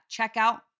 checkout